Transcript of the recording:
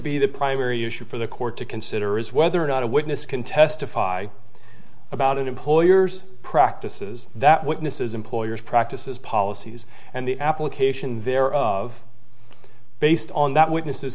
be the primary issue for the court to consider is whether or not a witness can testify about employers practices that witnesses employers practices policies and the application there of based on that witness